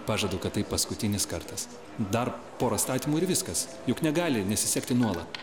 pažadu kad tai paskutinis kartas dar pora statymų ir viskas juk negali nesisekti nuolat